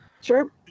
sure